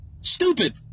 stupid